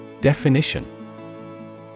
Definition